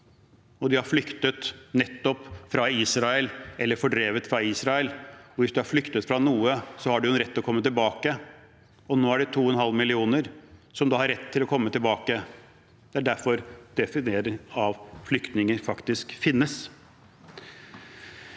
De har flyktet fra Israel eller er fordrevet fra Israel. Hvis man har flyktet fra noe, har man en rett til å komme tilbake. Nå er de 2,5 millioner som har rett til å komme tilbake. Det er derfor definisjonen av flyktninger